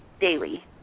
daily